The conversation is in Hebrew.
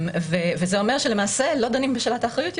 וזה אומר שלמעשה לא דנים בשאלת האחריות יותר.